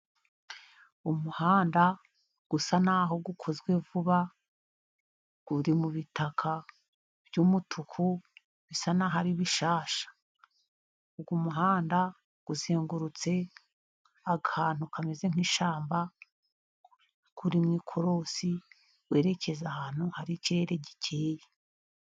Umuhanda usa naho ukozwe vuba uri mw'itaka ry'umutuku bisa naho ari bishasha, uyu umuhanda uzengurutse akantu kameze nk'ishyamba uri mu ikorosi werekeza ahantu hari ikirere gikeye.